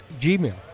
Gmail